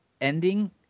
ending